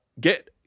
Get